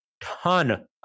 ton